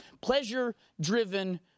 pleasure-driven